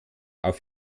auf